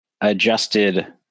adjusted